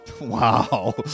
Wow